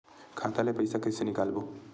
खाता ले पईसा कइसे निकालबो?